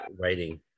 writing